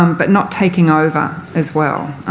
um but not taking over as well.